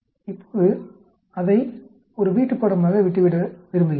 இப்போது நான் அதை ஒரு வீட்டுப்பாடமாக விட்டுவிட விரும்புகிறேன்